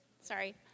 sorry